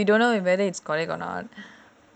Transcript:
ya and some more we don't know whether it's correct or not